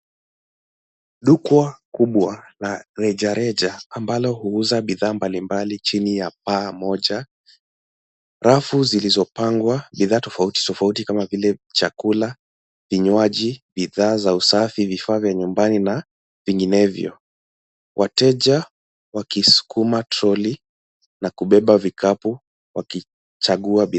Duka kubwa la rejareja ambalo huuza bidhaa mbali mbali chini ya paa moja. Rafu zilizopangwa bidhaa tofauti tofauti kama vile: chakula, vinywaji, bidhaa za usafi, vifaa vya nyumbani na vinginevyo. Wateja wakisukuma trolli na kubeba vikapu wakichagua bidhaa.